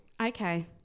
Okay